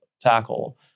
tackle